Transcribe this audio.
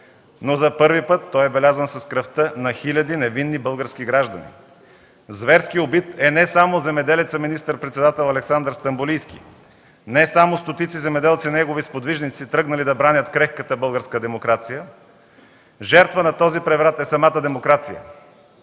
но за първи път той е белязан с кръвта на хиляди невинни български граждани. Зверски убит е не само земеделецът министър-председател Александър Стамболийски, не само стотици земеделци – негови сподвижници, тръгнали да бранят крехката българска демокрация, жертва на този преврат е самата демокрация,